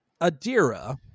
Adira